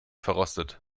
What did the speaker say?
verrostet